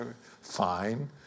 Fine